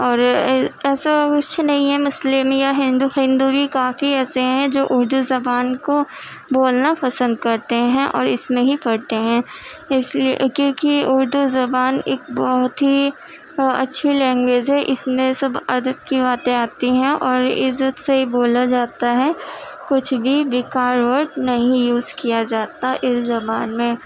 اور ایسا کچھ نہیں ہے مسلم یا ہندو ہندو بھی کافی ایسے ہیں جو اردو زبان کو بولنا پسند کرتے ہیں اور اس میں ہی پڑھتے ہیں اس لیے کیوں کہ اردو زبان ایک بہت ہی اچھی لینگویج ہے اس میں سب ادب کی باتیں آتی ہیں اور عزت سے ہی بولا جاتا ہے کچھ بھی بیکار ورڈ نہیں یوز کیا جاتا اس زبان میں